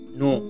no